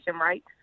right